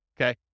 okay